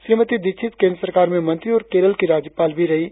श्रीमती दीक्षित केंद्र सरकार में मंत्री और केरल की राज्यपाल भी रही थी